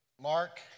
Mark